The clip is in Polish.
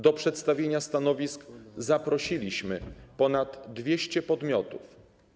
Do przedstawienia stanowisk zaprosiliśmy ponad 200 podmiotów.